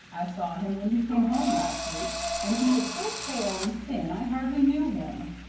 i saw him when he came home last week, and he is so pale and thin i hardly knew him.